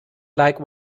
like